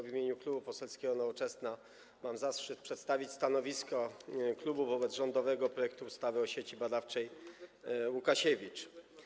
W imieniu Klubu Poselskiego Nowoczesna mam zaszczyt przedstawić stanowisko klubu wobec rządowego projektu ustawy o Sieci Badawczej: Łukasiewicz.